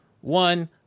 one